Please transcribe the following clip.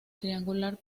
triangular